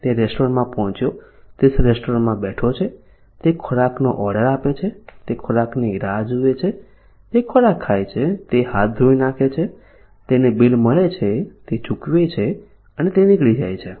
તે રેસ્ટોરન્ટમાં પહોંચ્યો તે રેસ્ટોરન્ટમાં બેઠો છે તે ખોરાકનો ઓર્ડર આપે છે તે ખોરાકની રાહ જુએ છે તે ખોરાક ખાય છે તે હાથ ધોઈ નાખે છે તેને બિલ મળે છે તે ચૂકવે છે અને તે નીકળી જાય છે